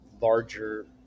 larger